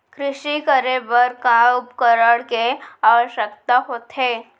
कृषि करे बर का का उपकरण के आवश्यकता होथे?